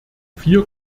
vier